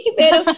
pero